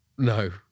No